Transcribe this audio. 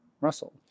Russell